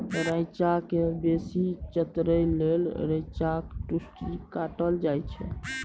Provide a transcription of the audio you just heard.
रैंचा केँ बेसी चतरै लेल रैंचाक टुस्सी काटल जाइ छै